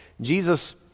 Jesus